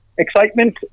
Excitement